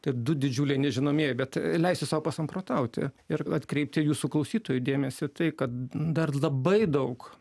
tai du didžiuliai nežinomieji bet leisiu sau pasamprotauti ir atkreipti jūsų klausytojų dėmesį tai kad dar labai daug